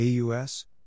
AUS